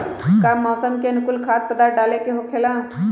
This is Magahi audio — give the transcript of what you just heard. का मौसम के अनुकूल खाद्य पदार्थ डाले के होखेला?